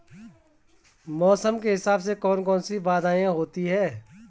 मौसम के हिसाब से कौन कौन सी बाधाएं होती हैं?